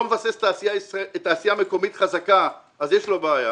מבסס תעשייה מקומית חזקה אז יש לו בעיה.